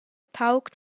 pauc